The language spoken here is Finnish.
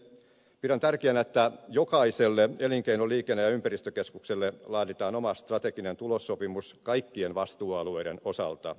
pidän tärkeänä että jokaiselle elinkeino liikenne ja ympäristökeskukselle laaditaan oma strateginen tulossopimus kaikkien vastuualueiden osalta